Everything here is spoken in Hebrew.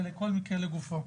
וכל מקרה לגופו.